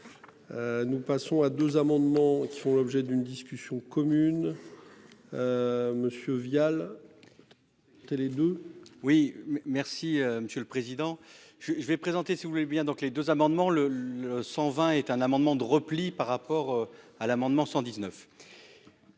Nous passons à 2 amendements qui font l'objet d'une discussion commune. Monsieur Vial. Télé2. Oui. Merci monsieur le président je je vais présenter si vous voulez bien, donc les deux amendements le le 120 est un amendement de repli par rapport à l'amendement 119.